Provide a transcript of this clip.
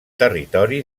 territori